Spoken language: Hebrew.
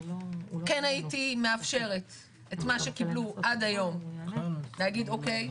כן הייתי מאפשרת את מה שקיבלו עד היום להגיד אוקיי,